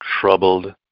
troubled